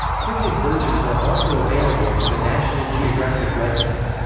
printed versions are also available from the national geographic website.